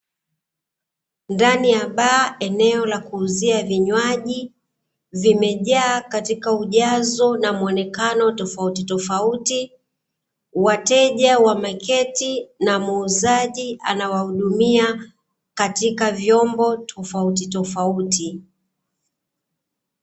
Ndani ya baa eneo la kuuzia vinywaji, vimejaa katika ujazo na mwonekano tofautitofauti, wateja wameketi na muuzaji anawahudumia katika vyombo tofautitofauti.